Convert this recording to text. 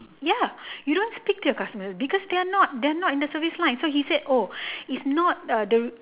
ya you don't speak to your customers because they are not they are not in the service line so he said oh is not uh the